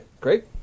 great